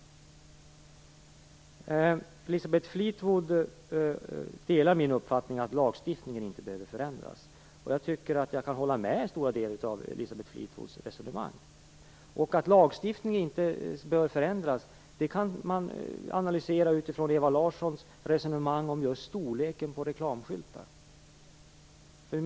Elisabeth Fleetwood delar min uppfattning att lagstiftningen inte behöver förändras. Jag kan i stora delar hålla med Elisabeth Fleetwoods resonemang. Att lagstiftningen inte bör förändras kan man analysera utifrån Ewa Larssons resonemang om just storleken på reklamskyltar.